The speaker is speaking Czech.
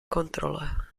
kontrole